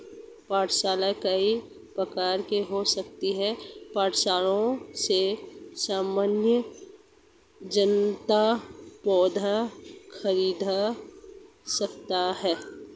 पौधशालाएँ कई प्रकार की हो सकती हैं पौधशालाओं से सामान्य जनता पौधे खरीद सकती है